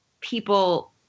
people